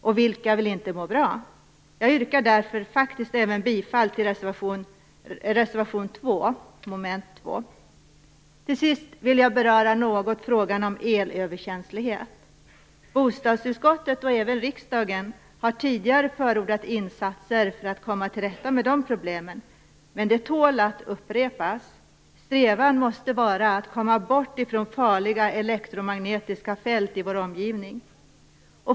Och vilka vill inte må bra? Jag yrkar därför även bifall till reservation 2 under mom. 2. Till sist vill jag något beröra frågan om elöverkänslighet. Bostadsutskottet och även riksdagen har tidigare förordat insatser för att komma till rätta med de problemen. Men de tål att upprepas. Strävan måste vara att komma bort från farliga elektromagnetiska fält i vår omgivning.